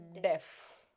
Deaf